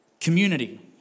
community